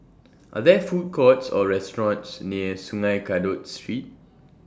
Are There Food Courts Or restaurants near Sungei Kadut Street